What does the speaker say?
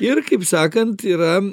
ir kaip sakant yra